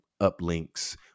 uplinks